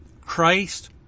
Christ